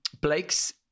Blake's